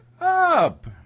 up